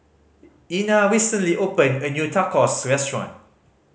Ina recently opened a new Tacos Restaurant